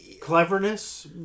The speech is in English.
Cleverness